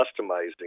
customizing